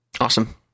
awesome